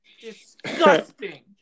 Disgusting